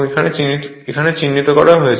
এখানে চিহ্নিত করা হয়েছে